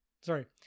sorry